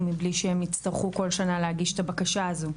בלי שכל שנה הם יצטרכו להגיש מחדש את הבקשה הזו?